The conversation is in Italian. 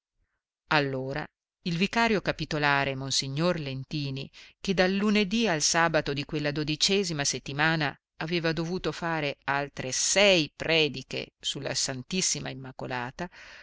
allora il vicario capitolare monsignor lentini che dal lunedì al sabato di quella dodicesima settimana aveva dovuto fare altre sei prediche su la ss immacolata